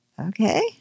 okay